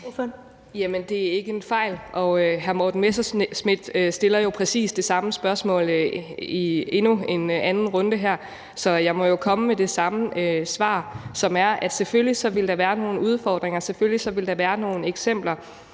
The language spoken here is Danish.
Det er ikke en fejl, og hr. Morten Messerschmidt stiller jo præcis det samme spørgsmål i endnu en anden runde her, så jeg må jo komme med det samme svar, som er, at der selvfølgelig vil være nogle udfordringer, at der selvfølgelig vil være nogle eksempler,